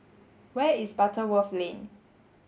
where is Butterworth Lane